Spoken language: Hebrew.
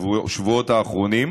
בשבועות האחרונים.